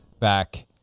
back